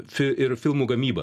fi ir filmų gamybą